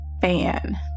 fan